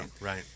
right